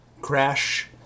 Crash